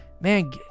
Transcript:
man